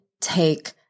take